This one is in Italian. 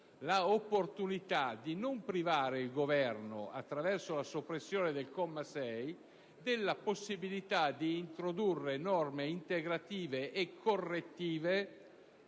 l'opportunità di non privare il Governo, attraverso la soppressione del comma 6, della possibilità di introdurre norme integrative e correttive